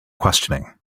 questioning